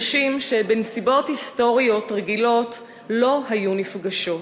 נשים שבנסיבות היסטוריות רגילות לא היו נפגשות.